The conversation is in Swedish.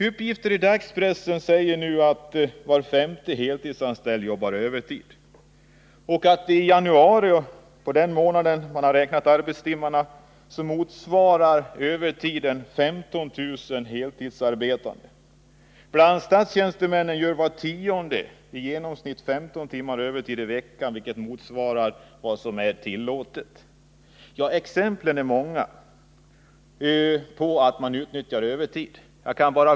Uppgifter i dagspressen säger nu att var femte heltidsanställd jobbar övertid. I januari arbetades så många övertidstimmar att det motsvarar 15 000 heltidsarbetande. Bland statstjänstemännen gör var tionde i genomsnitt 15 timmar övertid i veckan, vilket motsvarar vad som är tillåtet. Exemplen på att man utnyttjar övertid är många.